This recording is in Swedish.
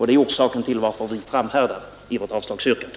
Det är också orsaken till att vi framhärdar i vårt avslagsyrkande.